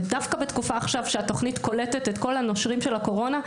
ודווקא בתקופה כמו עכשיו שהתוכנית קולטת כל הנושרים של הקורונה,